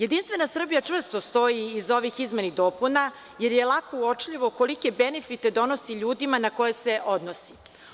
Jedinstvena Srbija čvrsto stoji iza ovih izmena i dopuna jer je lako uočljivo koliko benefite donosi ljudima na koje se odnosi.